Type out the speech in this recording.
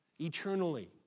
eternally